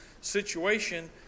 situation